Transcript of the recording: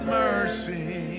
mercy